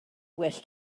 well